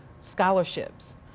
scholarships